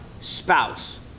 spouse